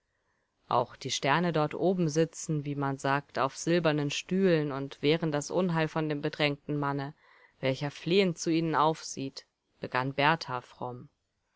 auch die sterne dort oben sitzen wie man sagt auf silbernen stühlen und wehren das unheil von dem bedrängten manne welcher flehend zu ihnen aufsieht begann berthar fromm